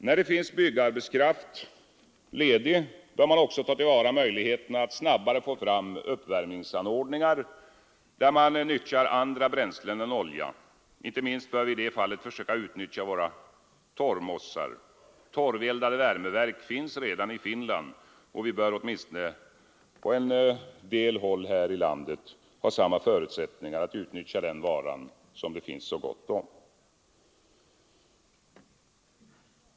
När det finns byggarbetskraft ledig bör man också ta till vara möjligheterna att snabbare få fram uppvärmningsanordningar där man kan utnyttja andra bränslen än olja. Inte minst bör vi i det fallet försöka utnyttja våra torvmossar. Torveldade värmeverk finns redan i Finland. Vi bör åtminstone på en del håll här i landet ha samma förutsättningar att utnyttja den varan — torven — som det finns så gott om.